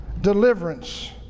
Deliverance